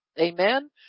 Amen